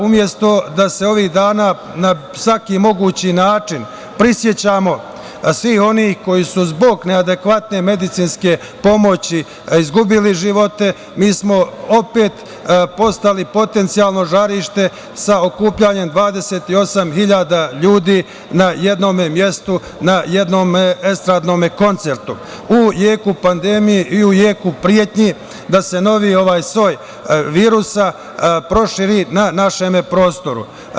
Umesto da se ovih dana na svaki mogući način prisećamo svih onih koji su zbog neadekvatne medicinske pomoći izgubili živote, mi smo opet postali potencijalno žarište sa okupljanjem 28.000 ljudi na jednom mestu, na jednom estradnom koncertu, u jeku pandemije i u jeku pretnje da se novi soj virusa proširi na našem prostoru.